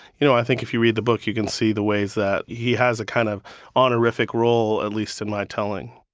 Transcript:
you know, i think if you read the book, you can see the ways that he has a kind of honorific role, at least in my telling